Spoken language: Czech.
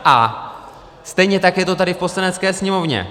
A stejně tak je to tady v Poslanecké sněmovně.